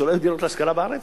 לא היו דירות להשכרה בארץ?